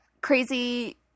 crazy –